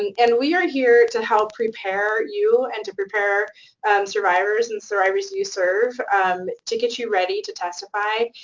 and and we are here to help prepare you and to prepare survivors and survivors you serve um to get you ready to testify.